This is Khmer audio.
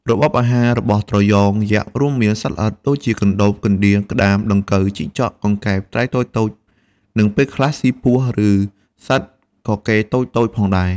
របបអាហាររបស់ត្រយងយក្សរួមមាន សត្វល្អិត ដូចជាកណ្តូប កណ្ដៀរ ក្ដាម ដង្កូវ ជីងចក់ កង្កែប ត្រីតូចៗ និងពេលខ្លះស៊ីពស់ ឬសត្វកកេរតូចៗផងដែរ។